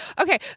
Okay